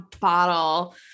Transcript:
bottle